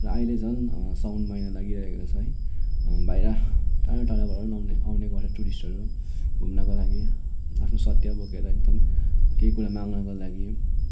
र अहिले झन् साउन महिना लागिरहेको छ है बाहिर टाढो टाढोबाट पनि आउने गर्छ टुरिस्टहरू घुम्नको लागि आफ्नो सत्य बोकेर एकदम केही कुरा माग्नको लागि